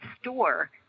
store